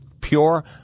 pure